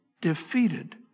defeated